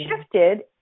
shifted